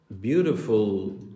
beautiful